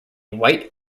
white